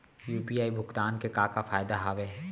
UPI भुगतान के का का फायदा हावे?